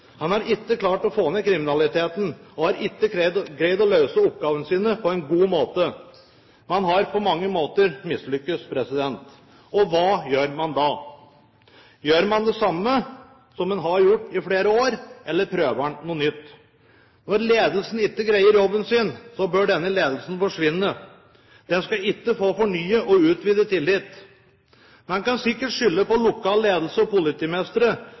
har ikke klart å få ned kriminaliteten, og man har ikke greid å løse oppgavene sine på en god måte. Man har på mange måter mislyktes. Hva gjør man da? Gjør man det samme som man har gjort i flere år, eller prøver man noe nytt? Når ledelsen ikke greier jobben sin, bør denne ledelsen forsvinne. Den skal ikke få fornyet og utvidet tillit. Man kan sikkert skylde på den lokale ledelsen og